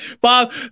Bob